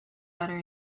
butter